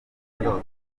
ndoto